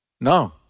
No